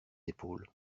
épaules